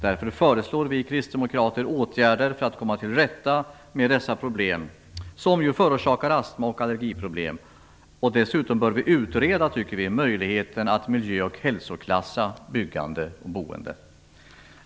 Därför föreslår vi kristdemokrater åtgärder för att komma till rätta med dessa problem, som ju förorsakar astma och allregiproblem. Dessutom bör vi utreda möjligheten att miljö och hälsoklassa byggande och boende.